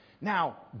Now